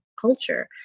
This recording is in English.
culture